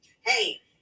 Hey